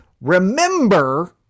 Remember